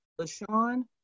LaShawn